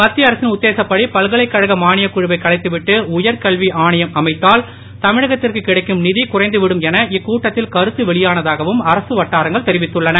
மத்திய அரசின் உத்தேசப்படி பல்கலைக்கழகம் மானியக்குழுவை கலைத்து விட்டு உயர்கல்வி ஆணையம் அமைத்தால் தமிழகத்திற்கு கிடைக்கும் நிதி குறைந்துவிடும் என இக்கூட்டத்தில் கருத்து வெளியானதாகவும் அரசு வட்டாரங்கள் தெரிவித்துள்ளன